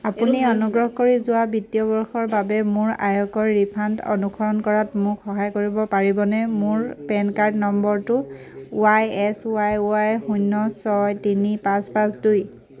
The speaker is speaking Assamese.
আপুনি অনুগ্ৰহ কৰি যোৱা বিত্তীয় বৰ্ষৰ বাবে মোৰ আয়কৰ ৰিফাণ্ড অনুসৰণ কৰাত মোক সহায় কৰিব পাৰিবনে মোৰ পেন কাৰ্ড নম্বৰটো ৱাই এছ ৱাই ৱাই শূন্য ছয় তিনি পাঁচ পাঁচ দুই